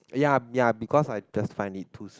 ya ya because I just find it too sweet